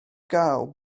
gael